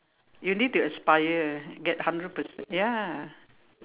you need to aspire get hundred percent ya